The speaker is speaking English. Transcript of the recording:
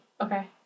Okay